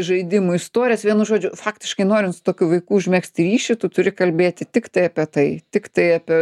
žaidimų istorijas vienu žodžiu faktiškai norint su tokiu vaiku užmegzti ryšį tu turi kalbėti tiktai apie tai tiktai apie